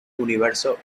universo